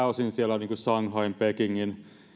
ja miljardien arvosta on myös sijoituksia pääosin shanghain pekingin